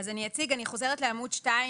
אני חוזרת לעמוד 2,